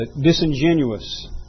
disingenuous